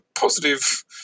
positive